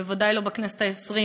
ודאי לא בכנסת העשרים